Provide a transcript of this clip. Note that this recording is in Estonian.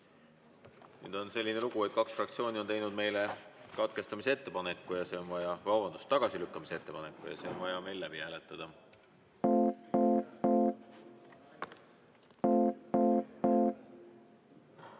Nüüd on selline lugu, et kaks fraktsiooni on teinud meile katkestamise ettepaneku ... Vabandust, tagasilükkamise ettepaneku! See on vaja meil läbi hääletada.